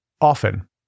often